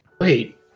Wait